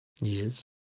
Yes